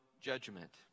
judgment